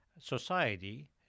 society